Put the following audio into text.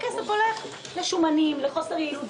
הכסף הולך לשומנים, לחוסר יעילות.